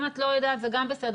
אם את לא יודעת זה גם בסדר,